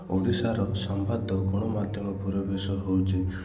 ଓଡ଼ିଶାର ସମ୍ବାଦ ଓ ଗଣମାଧ୍ୟମ ପରିବେଶ ହେଉଛି